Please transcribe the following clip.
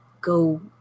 go